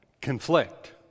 conflict